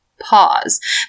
pause